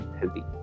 healthy